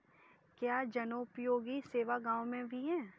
क्या जनोपयोगी सेवा गाँव में भी है?